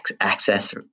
access